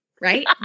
Right